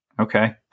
okay